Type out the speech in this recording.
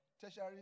tertiary